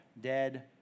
dead